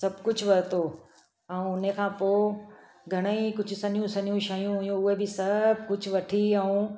सभु कुझु वरितो ऐं उन खां पो घणे ई कुझु सन्हियूं सन्हियूं शयूं हुयूं उहे बि सभु कुझु वठी ऐं